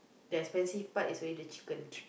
the expensive part is only the chicken